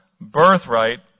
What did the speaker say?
birthright